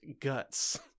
guts